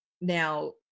now